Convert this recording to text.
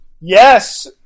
Yes